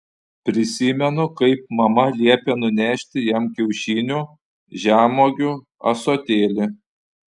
prisimenu kaip mama liepė nunešti jam kiaušinių žemuogių ąsotėlį